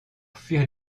fuir